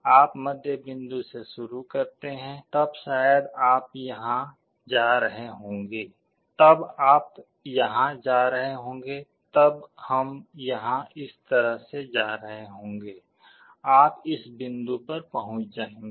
आप मध्य बिंदु से शुरू करते हैं तब शायद आप यहां जा रहे होंगे तब आप यहां जा रहे होंगे तब हम यहां इस तरह से जा रहे होंगे आप इस बिंदु पर पहुंच जाएंगे